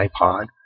iPod